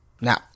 Now